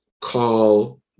call